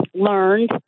learned